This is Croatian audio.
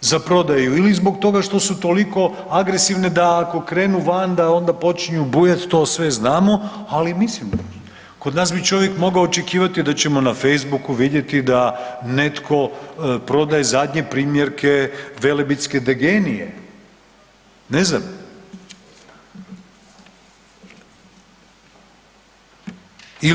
za prodaju ili zbog toga što su toliko agresivne da ako krenu van, da onda počinju bujati, to sve znamo, ali mislim, kod nas bi čovjek mogao očekivati da ćemo na Facebooku vidjeti da netko prodaje zadnje primjerke Velebitske degenije, ne znam.